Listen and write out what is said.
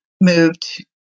moved